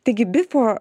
taigi bifo